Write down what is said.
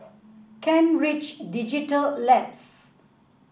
Kent Ridge Digital Labs